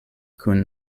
kun